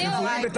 רוויים בתקציב,